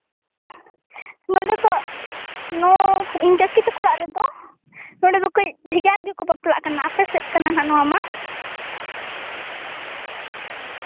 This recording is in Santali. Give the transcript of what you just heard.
ᱱᱚᱰᱮ ᱫᱚ ᱱᱚᱣᱟ ᱤᱧ ᱠᱟᱹᱠᱤ ᱛᱟᱠᱚ ᱚᱲᱟᱜ ᱨᱮᱫᱚ ᱱᱚᱰᱮ ᱫᱚ ᱠᱟᱹᱡ ᱵᱷᱮᱜᱟᱨ ᱜᱮᱠᱚ ᱵᱟᱯᱞᱟᱜ ᱠᱟᱱᱟ ᱟᱯᱮ ᱥᱮᱫ ᱠᱟᱱᱟ ᱱᱟᱜ ᱱᱚᱣᱟ ᱢᱟ